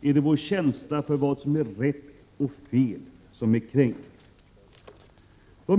det deras känsla för vad som är rätt och fel som har kränkts.